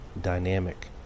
dynamic